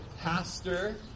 pastor